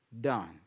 done